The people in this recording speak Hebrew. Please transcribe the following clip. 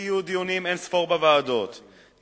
יהיו דיונים אין-ספור בוועדות,